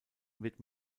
wird